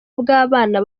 bw’abana